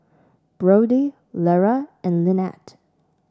Brodie Lera and Lynnette